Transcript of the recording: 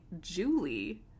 Julie